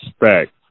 respect